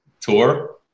tour